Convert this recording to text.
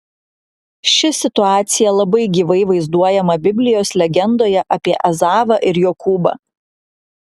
ši situacija labai gyvai vaizduojama biblijos legendoje apie ezavą ir jokūbą